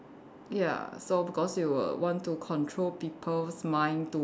ya so because you will want to control people's mind to